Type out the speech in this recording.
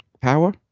power